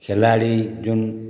खेलाडी जुन